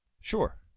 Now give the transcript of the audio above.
Sure